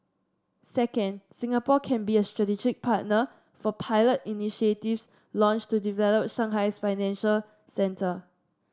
second Singapore can be a strategic partner for pilot initiatives launched to develop Shanghai's financial centre